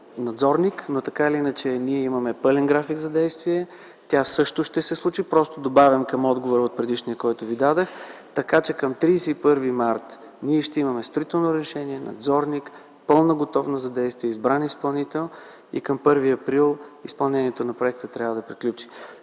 надзорник има, но така или иначе ние имаме пълен график за действие, тя също ще се случи. Просто добавям това към предишния отговор, който ви дадох. Така че към 31 март ние ще имаме строително решение, надзорник и пълна готовност за действие – избран изпълнител, и към 1 април изпълнението на проекта трябва да